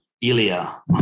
Ilya